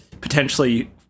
potentially